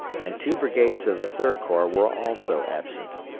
and two brigades of the third corps were also absent.